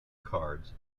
cards